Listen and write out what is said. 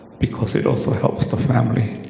because it also helps the family.